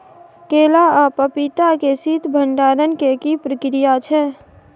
केला आ पपीता के शीत भंडारण के की प्रक्रिया छै?